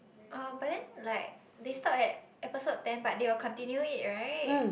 oh but then like they stop at episode ten but they will continue it right